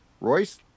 Royce